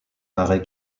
marais